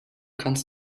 kannst